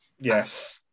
Yes